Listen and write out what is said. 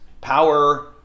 power